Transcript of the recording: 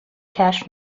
کشف